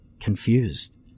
confused